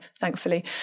thankfully